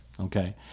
Okay